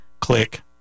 click